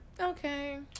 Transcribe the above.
Okay